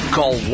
Call